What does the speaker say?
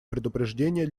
предупреждения